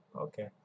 Okay